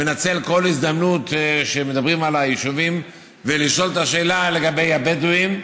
מנצל כל הזדמנות שמדברים על היישובים ולשאול את השאלה לגבי הבדואים,